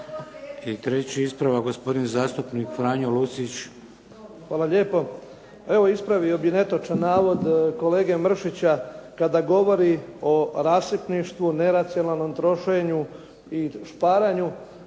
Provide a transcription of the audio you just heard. I treći ispravak gospodin zastupnik Franjo Lucić. **Lucić, Franjo (HDZ)** Hvala lijepo. Evo ispravio bih netočan navod kolege Mrsića kada govori o rasipništvu, neracionalnom trošenju i šparanju.